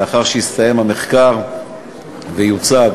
לאחר שיסתיים המחקר ויוצג